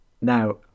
Now